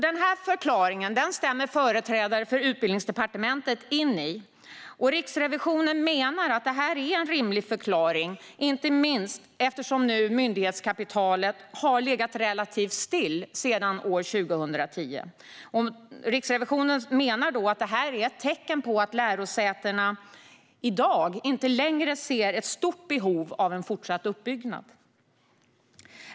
Denna förklaring stämmer företrädare för Utbildningsdepartementet in i. Riksrevisionen menar att det är en rimlig förklaring, inte minst eftersom nivån på myndighetskapitalet har legat relativt still sedan 2010. Riksrevisionen menar att det är ett tecken på att lärosätena i dag inte längre ser något stort behov av fortsatt uppbyggnad.